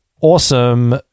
awesome